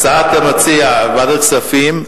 הצעת המציע, ועדת הכספים.